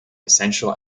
essential